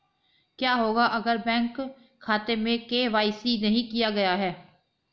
क्या होगा अगर बैंक खाते में के.वाई.सी नहीं किया गया है?